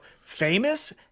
famous